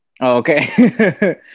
Okay